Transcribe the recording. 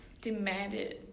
demanded